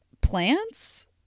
Plants